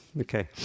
Okay